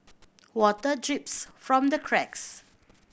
water drips from the cracks